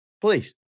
Please